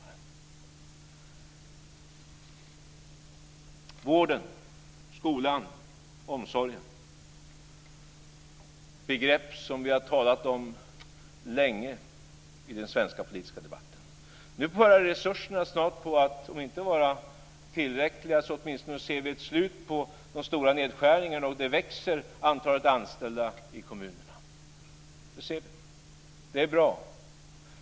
För det tredje är vården, skolan och omsorgen begrepp som vi har talat om länge i den svenska politiska debatten. Nu börjar resurserna snart att vara tillräckliga - vi ser i alla fall ett slut på de stora nedskärningarna. Antalet anställda i kommunerna växer. Det är bra.